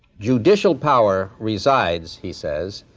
judicial power resides, he says,